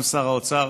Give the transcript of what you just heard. גם שר האוצר,